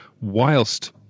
whilst